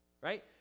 right